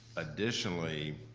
additionally,